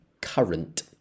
Current